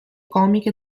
comiche